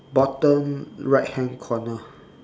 bottom right hand corner